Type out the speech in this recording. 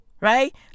Right